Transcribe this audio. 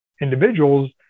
individuals